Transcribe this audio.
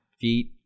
feet